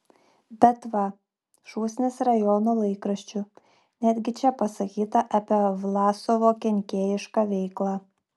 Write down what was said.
bet va šūsnis rajono laikraščių netgi čia pasakyta apie vlasovo kenkėjišką veiklą